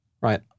right